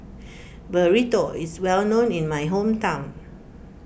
Burrito is well known in my hometown